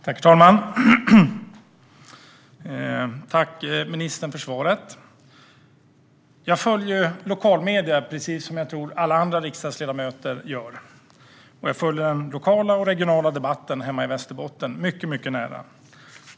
Herr talman! Tack, ministern, för svaret! Jag följer lokala medier, precis som jag tror att alla andra riksdagsledamöter gör. Jag följer också den lokala och regionala debatten hemma i Västerbotten mycket nära.